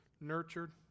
nurtured